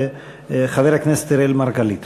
חבר הכנסת אראל מרגלית.